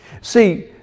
See